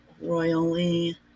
royally